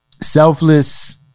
selfless